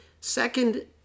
Second